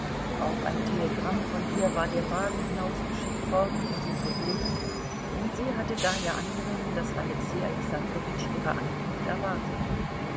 auf ein telegramm von ihr war der wagen hinausgeschickt worden um sie zu holen und sie hatte daher angenommen daß alexei alexandrowitsch ihre ankunft erwarte